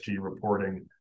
reporting